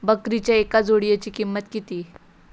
बकरीच्या एका जोडयेची किंमत किती?